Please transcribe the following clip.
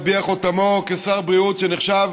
הטביע את חותמו כשר בריאות שנחשב